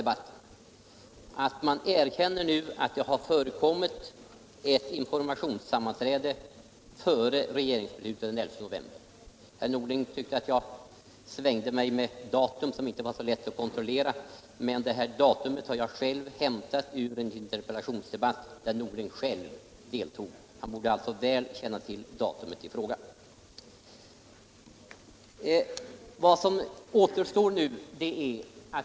Debatten har också klarlagt att man nu erkänner att det har förekommit ett informationssammanträde före regeringsbeslutet den 11 november. Herr Norling tyckte att jag svängde mig med data som inte var lätta att kontrollera, men detta datum har jag hämtat ur en interpellationsdebatt, där herr Norling själv deltog. Han borde alltså väl känna till datumet i fråga.